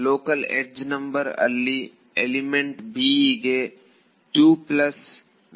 local edge number ಅಲ್ಲಿ element b ಇಗೆ 2 plus ಆಗುತ್ತದೆ